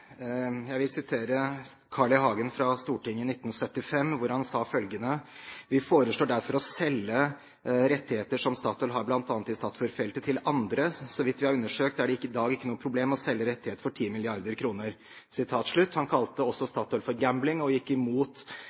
Jeg vil sitere Carl I. Hagen, som fra Stortinget i 1975 sa følgende: «Vi foreslår derfor å selge rettigheter som Statoil har bl.a. i Statfjord-feltet til andre. Så vidt vi har undersøkt er det i dag ikke noe problem å selge rettigheter for 10 milliarder kr.» Han kalte også Statoil for «gambling» og gikk imot